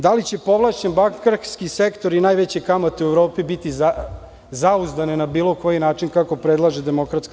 Da li će povlašćeni bankarski sektor i najveće kamate u Evropi biti zauzdane na bilo koji način, kako predlaže DS?